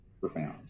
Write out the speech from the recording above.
profound